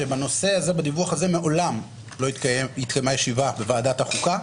שבנושא הזה בדיווח הזה מעולם לא התקיימה ישיבה בוועדת החוקה,